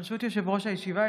ברשות יושב-ראש הישיבה,